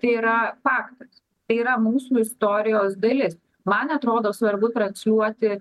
tai yra faktas tai yra mūsų istorijos dalis man atrodo svarbu transliuoti